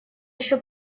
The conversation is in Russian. еще